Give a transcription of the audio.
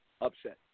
upset